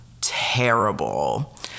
terrible